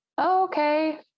okay